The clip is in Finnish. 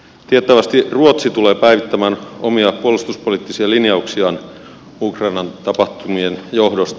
tiettävästi ruotsi tulee päivittämään omia puolustuspoliittisia linjauksiaan ukrainan tapahtumien johdosta